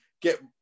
get